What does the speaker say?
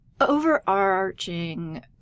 Overarching